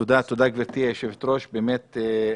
גברתי היושבת-ראש, תודה רבה.